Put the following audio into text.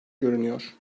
görünüyor